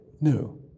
new